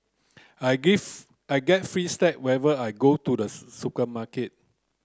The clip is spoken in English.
I I get free snack whenever I go to the supermarket